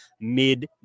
mid